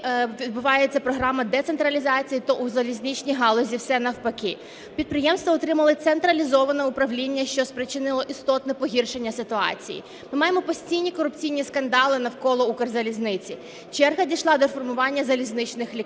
відбувається програма децентралізації, то у залізничній галузі все навпаки. Підприємства отримали централізоване управління, що спричинило істотне погіршення ситуації. Ми маємо постійні корупційні скандали навколо Укрзалізниці, черга дійшла до формування залізничних лікарень,